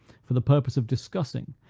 for the purpose of discussing,